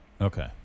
Okay